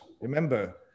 Remember